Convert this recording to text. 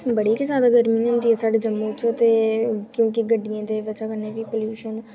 बड़ी गै जादै गर्मी होंदी ऐ साढ़े जम्मू च ते क्योंकि गड्डियें दे बिच पलूशन